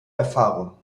erfahrung